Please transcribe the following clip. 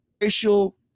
racial